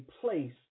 place